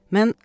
Men